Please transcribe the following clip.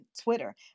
Twitter